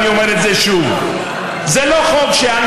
קודם כול, אני מודה ליושב-ראש,